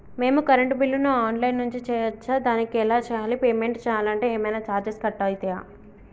మేము కరెంటు బిల్లును online నుంచి చేయచ్చా? దానికి ఎలా చేయాలి? పేమెంట్ చేయాలంటే ఏమైనా చార్జెస్ కట్ అయితయా?